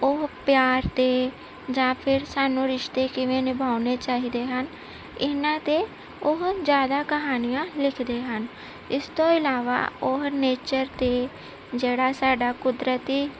ਉਹ ਪਿਆਰ ਅਤੇ ਜਾਂ ਫਿਰ ਸਾਨੂੰ ਰਿਸ਼ਤੇ ਕਿਵੇਂ ਨਿਭਾਉਣੇ ਚਾਹੀਦੇ ਹਨ ਇਹਨਾਂ 'ਤੇ ਉਹ ਜ਼ਿਆਦਾ ਕਹਾਣੀਆਂ ਲਿਖਦੇ ਹਨ ਇਸ ਤੋਂ ਇਲਾਵਾ ਉਹ ਨੇਚਰ ਅਤੇ ਜਿਹੜਾ ਸਾਡਾ ਕੁਦਰਤੀ